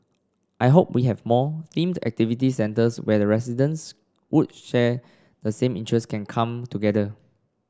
I hope we have more themed activity centres where residents would share the same interests can come together